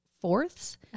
Fourth's